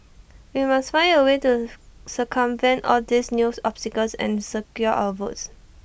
we must find A way to circumvent all these news obstacles and secure our votes